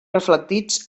reflectits